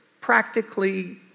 practically